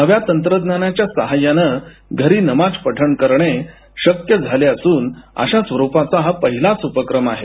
नव्या तंत्रज्ञानाच्या सहाय्याने घरी नमाज पठण करणे शक्य झाले असून अशा स्वरूपाचा हा पहिलाच उपक्रम आहे